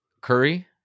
Curry